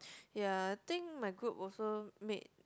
ya I think my group also made